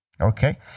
Okay